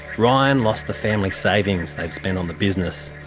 ryan lost the family savings they'd spent on the business,